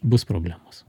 bus problemos